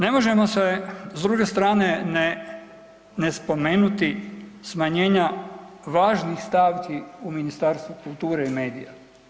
Ne možemo se s druge strane ne, ne spomenuti smanjenja važnih stavki u Ministarstvu kulture i medija.